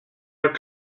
are